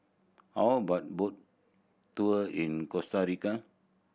how about boat tour in Costa Rica